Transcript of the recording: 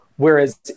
Whereas